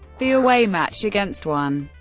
the away match against one.